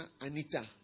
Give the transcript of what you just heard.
Anita